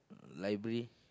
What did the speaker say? library